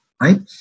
right